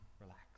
relax